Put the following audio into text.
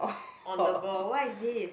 no the ball what is this